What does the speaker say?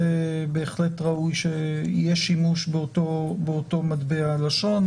בהחלט ראוי שיהיה שימוש באותו מטבע לשון,